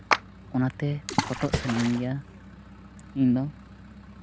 ᱚᱱᱟᱛᱮ ᱯᱷᱳᱴᱳᱜ ᱥᱟᱱᱟᱧ ᱜᱮᱭᱟ ᱤᱧᱫᱚ